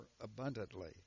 abundantly